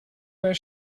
where